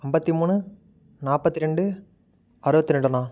ஐம்பத்தி மூணு நாற்பத்தி ரெண்டு அறுபத்தி ரெண்டுண்ணா